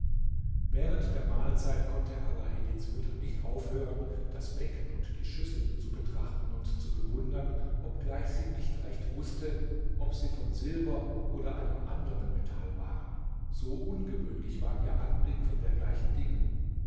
während der mahlzeit konnte alaeddins mutter nicht aufhören das becken und die schüsseln zu betrachten und zu bewundern obgleich sie nicht recht wußte ob sie von silber oder einem anderen metall waren so ungewöhnlich war ihr der anblick von dergleichen dingen